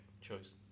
choice